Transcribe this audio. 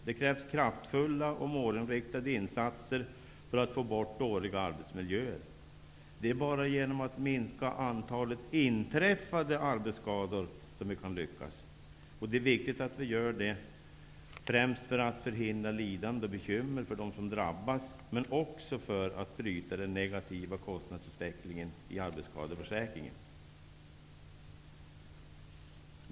Det krävs kraftfulla och målinriktade insatser för att få bort dåliga arbetsmiljöer. Det är bara genom att minska antalet inträffade arbetsskador som vi kan lyckas. Det är viktigt att vi gör det, främst för att förhindra lidande och bekymmer för de drabbade men också för att bryta den negativa kostnadsutvecklingen i arbetsskadeförsäkringen.